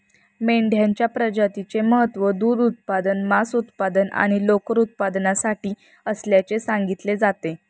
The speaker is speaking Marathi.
मेंढ्यांच्या प्रजातीचे महत्त्व दूध उत्पादन, मांस उत्पादन आणि लोकर उत्पादनासाठी असल्याचे सांगितले जाते